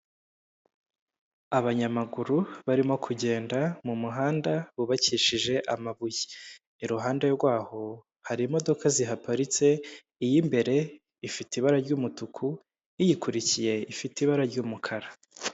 Abanyamaguru barimo kugenda mu muhanda wubakishije amabuye iruhande rwaho hari imodoka zihaparitse iy'imbere ifite ibara ry'umutuku iyiyikurikiye ifite ibara ry'umukara.